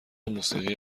موسیقی